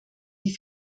die